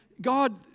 God